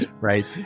right